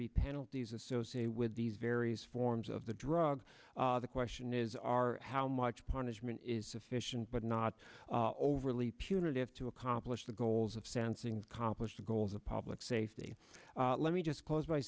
be penalties associated with these various forms of the drug the question is are how much punishment is sufficient but not overly punitive to accomplish the goals of sensing composted goals of public safety let me just close by